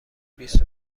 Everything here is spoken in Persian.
بیست